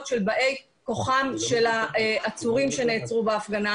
של באי כוחם של העצורים שנעצרו בהפגנה.